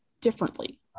differently